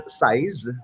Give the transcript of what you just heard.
size